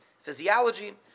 physiology